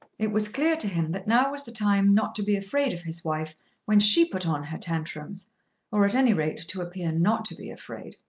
it was clear to him that now was the time not to be afraid of his wife when she put on her tantrums or at any rate, to appear not to be afraid.